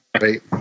Right